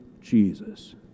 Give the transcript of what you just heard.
Jesus